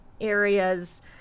areas